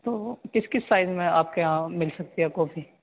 تو کس کس سائز میں آپ کے یہاں مل سکتی ہے کاپی